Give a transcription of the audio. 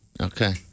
Okay